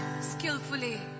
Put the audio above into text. skillfully